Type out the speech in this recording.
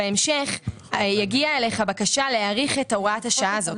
בהמשך תגיע אליך בקשה להאריך את הוראת השעה הזו.